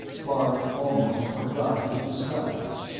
bart almost forgot his disguise.